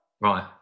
Right